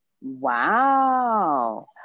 Wow